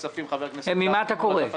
חבר הכנסת גפני --- מאיפה אתה קורא?